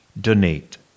donate